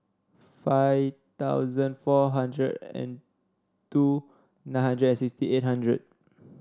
five thousand four hundred and two nine hundred and sixty eight hundred